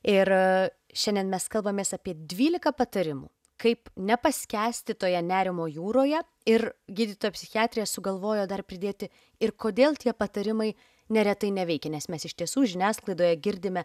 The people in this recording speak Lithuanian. ir šiandien mes kalbamės apie dvylika patarimų kaip nepaskęsti toje nerimo jūroje ir gydytoja psichiatrė sugalvojo dar pridėti ir kodėl tie patarimai neretai neveikia nes mes iš tiesų žiniasklaidoje girdime